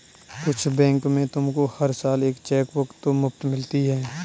कुछ बैंक में तुमको हर साल एक चेकबुक तो मुफ़्त मिलती है